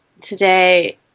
today